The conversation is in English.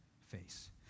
face